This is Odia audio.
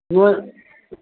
ମୁଁ